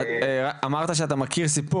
אמרת שאתה מכיר מקרה,